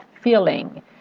feeling